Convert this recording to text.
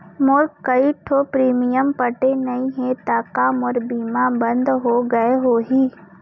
मोर कई ठो प्रीमियम पटे नई हे ता का मोर बीमा बंद हो गए होही?